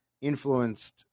influenced